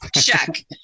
Check